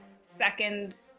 second